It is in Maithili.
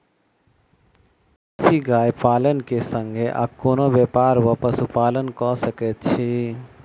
देसी गाय पालन केँ संगे आ कोनों व्यापार वा पशुपालन कऽ सकैत छी?